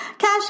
Cash